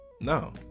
No